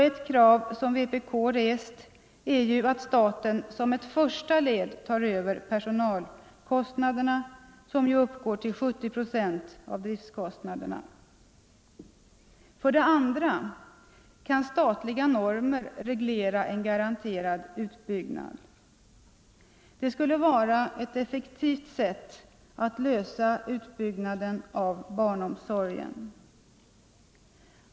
Ett krav som vpk rest är att staten som ett första led tar över personalkostnaderna, som ju uppgår till 70 procent av driftkostnaderna. För det andra kan statliga normer reglera en garanterad utbyggnad. 7n Det skulle vara ett effektivt sätt att lösa utbyggnaden av barnomsorgen.